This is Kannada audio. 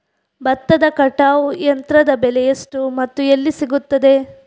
ಭತ್ತದ ಕಟಾವು ಯಂತ್ರದ ಬೆಲೆ ಎಷ್ಟು ಮತ್ತು ಎಲ್ಲಿ ಸಿಗುತ್ತದೆ?